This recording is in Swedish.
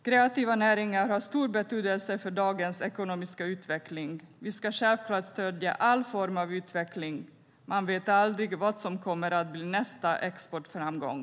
Kreativa näringar har stor betydelse för dagens ekonomiska utveckling. Vi ska självklart stödja all form av utveckling - man vet aldrig vad som kommer att bli nästa exportframgång.